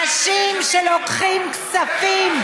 רק, יש עתיד, אנשים שלוקחים כספים,